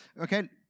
Okay